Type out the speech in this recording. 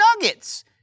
nuggets